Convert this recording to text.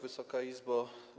Wysoka Izbo!